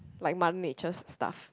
like mother nature stuff